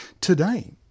Today